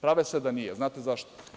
Prave se da nije, a da li znate zašto?